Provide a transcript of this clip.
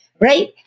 Right